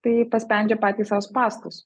tai paspendžia patys sau spąstus